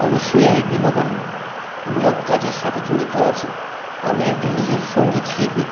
অবশ্যই আমি বিনোদনমূলক কাজের সাথে জড়িত আছি আমি একজন নিজেই সঙ্গীত শিল্পী